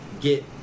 get